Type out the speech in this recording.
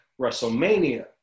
Wrestlemania